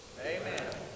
Amen